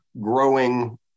growing